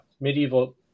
medieval